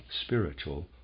spiritual